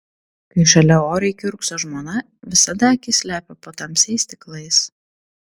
kai šalia oriai kiurkso žmona visada akis slepia po tamsiais stiklais